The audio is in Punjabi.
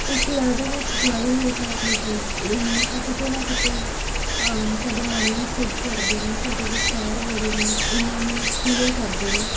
ਇੱਕ ਲੈਅ ਦੇ ਵਿੱਚ ਗਾਏ ਹੋਏ ਧਾਰਮਿਕ ਗੀਤ ਜਿਹੜੇ ਨੇ ਇਹ ਕਿਤੇ ਨਾ ਕਿਤੇ ਸਾਡੇ ਮਨ ਨੂੰ ਸ਼ੁੱਧ ਕਰਦੇ ਨੇ ਸਾਡੇ ਵਿਚਾਰ ਜਿਹੜੇ ਨੇ ਉਹਨਾਂ ਨੂੰ ਕਲੀਅਰ ਕਰਦੇ ਨੇ